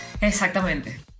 Exactamente